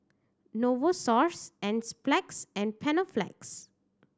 Novosource Enzyplex and Panaflex